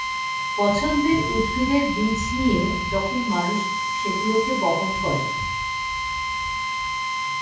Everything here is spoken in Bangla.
পছন্দের উদ্ভিদের বীজ নিয়ে যখন মানুষ সেগুলোকে বপন করে